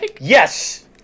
Yes